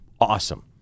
awesome